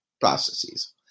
processes